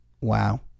Wow